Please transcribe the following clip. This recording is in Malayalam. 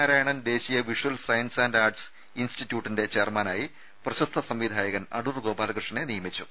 നാരായണൻ ദേശീയ വിഷ്വൽ സയൻസ് ആന്റ് ആർട്സ് ഇൻസ്റ്റിറ്റ്യൂട്ടിന്റെ ചെയർമാനായി പ്രശസ്ത സംവിധായകൻ അടൂർ ഗോപാലകൃഷ്ണനെ നിയമിച്ചു